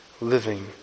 living